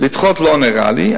לדחות לא נראה לי,